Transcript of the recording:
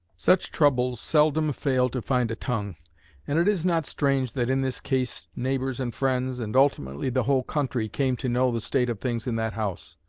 such troubles seldom fail to find a tongue and it is not strange that in this case neighbors and friends, and ultimately the whole country, came to know the state of things in that house.